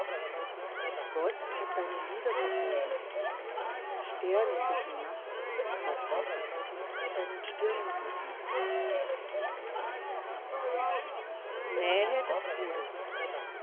gott hat deine lider verbogen sterne suchen nachts karfreitagskind deinen stirnenbogen nähe des todes